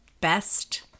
best